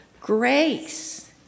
grace